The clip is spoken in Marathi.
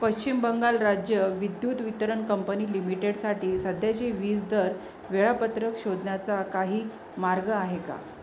पश्चिम बंगाल राज्य विद्युत वितरण कंपनी लिमिटेडसाठी सध्याचे वीज दर वेळापत्रक शोधण्याचा काही मार्ग आहे का